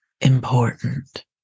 important